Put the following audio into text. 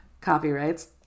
copyrights